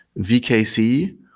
VKC